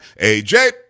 AJ